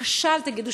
בבקשה אל תגידו,